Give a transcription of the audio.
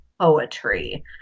poetry